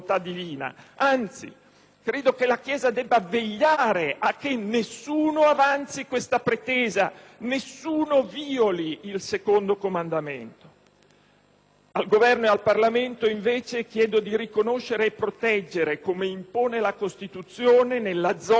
credo che la Chiesa debba vegliare a che nessuno avanzi questa pretesa, nessuno violi il secondo Comandamento. Al Governo e al Parlamento, invece, chiedo di riconoscere e proteggere, come impone la Costituzione, nella zona tra i due confini